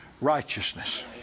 righteousness